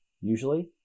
usually